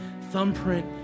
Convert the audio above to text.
thumbprint